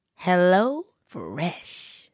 HelloFresh